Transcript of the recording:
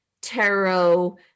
tarot